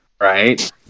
right